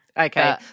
Okay